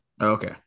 okay